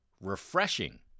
refreshing